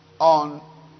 on